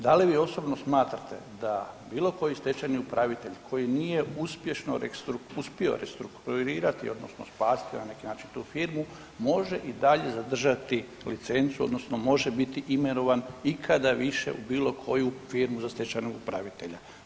Da li vi osobno smatrate da bilo koji stečajni upravitelj koji nije uspješno uspio restrukturirati odnosno spasiti na neki način tu firmu može i dalje zadržati licencu odnosno može biti imenovan ikada više u bilo koju firmu za stečajnog upravitelja?